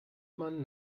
man